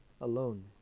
alone